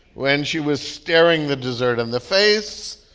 when she was staring the dessert in the face,